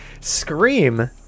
Scream